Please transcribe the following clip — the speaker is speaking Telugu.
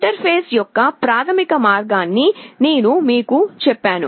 ఇంటర్ఫేసింగ్ యొక్క ప్రాథమిక మార్గాన్ని నేను మీకు చెప్పాను